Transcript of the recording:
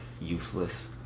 useless